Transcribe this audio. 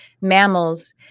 mammals